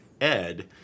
Ed